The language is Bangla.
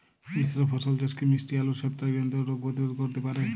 মিশ্র ফসল চাষ কি মিষ্টি আলুর ছত্রাকজনিত রোগ প্রতিরোধ করতে পারে?